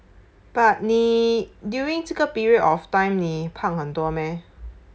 but 你 during 这个 period of time 你胖很多 meh